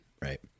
Right